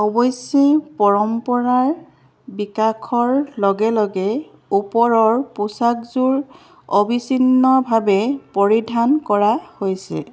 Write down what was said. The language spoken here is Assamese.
অৱশ্যে পৰম্পৰাৰ বিকাশৰ লগে লগে ওপৰৰ পোচাকযোৰ অবিচ্ছিন্নভাৱে পৰিধান কৰা হৈছিল